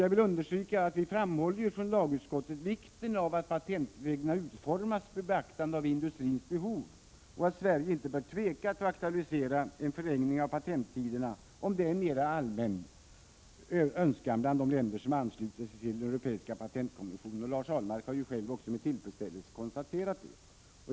Jag vill understryka att lagutskottet framhåller vikten av att patentreglerna utformas med beaktande av industrins behov och att Sverige inte bör tveka att aktualisera en förlängning av patenttiderna, om det är en mer allmän önskan bland de länder som anslutit sig till den europeiska patentkonventionen. Lars Ahlmark har ju också själv med tillfredsställelse konstaterat det.